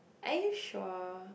are you sure